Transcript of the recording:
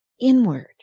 inward